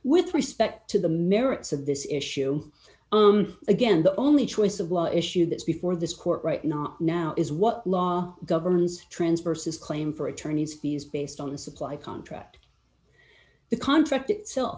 with respect to the merits of this issue again the only choice of law issue that's before this court right not now is what law governs transverse his claim for attorneys fees based on the supply contract the contract itself